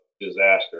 disaster